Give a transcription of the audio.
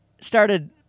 started